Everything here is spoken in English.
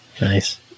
Nice